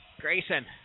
Grayson